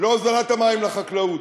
להוזלת המים לחקלאות.